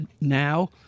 now